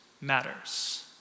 matters